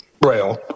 braille